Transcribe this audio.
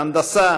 בהנדסה,